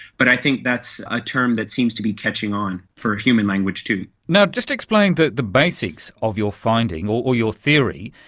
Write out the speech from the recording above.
but i think that's a term that seems to be catching on for human language too. just explain the the basics of your finding or or your theory.